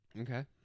Okay